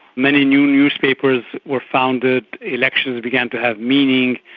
many new newspapers were founded, elections began to have meaning,